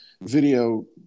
video